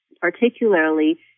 particularly